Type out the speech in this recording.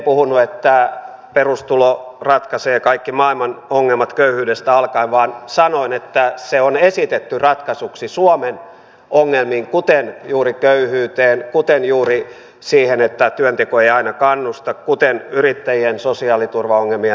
en puhunut että perustulo ratkaisee kaikki maailman ongelmat köyhyydestä alkaen vaan sanoin että se on esitetty ratkaisuksi suomen ongelmiin kuten juuri köyhyyteen kuten juuri siihen että työnteko ei aina kannusta kuten yrittäjien sosiaaliturvaongelmiin ja niin edelleen